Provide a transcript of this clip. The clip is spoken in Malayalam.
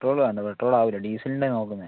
പെട്രോള് വേണ്ട പെട്രോള് ആകില്ല ഡീസലിൻ്റെ ആണ് നോക്കുന്നത്